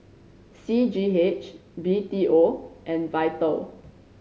C G H B T O and Vital